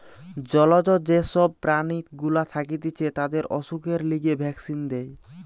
জলজ যে সব প্রাণী গুলা থাকতিছে তাদের অসুখের লিগে ভ্যাক্সিন দেয়